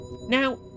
Now